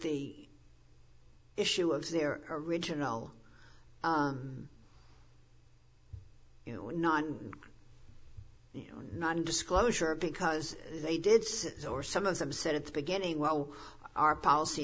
the issue of their original you know non non disclosure because they did says or some of them said at the beginning well our policy